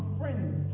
friends